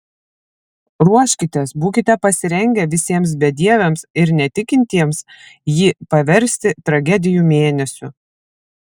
ruoškitės būkite pasirengę visiems bedieviams ir netikintiems jį paversti tragedijų mėnesiu